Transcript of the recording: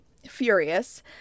Furious